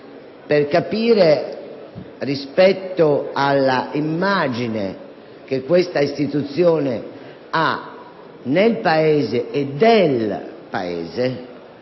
seria rispetto alla immagine che questa istituzione offre nel Paese e del Paese